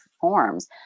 forms